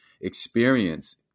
experience